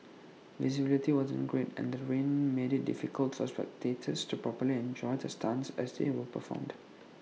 visibility wasn't great and the rain made IT difficult for spectators to properly enjoy the stunts as they were performed